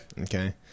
Okay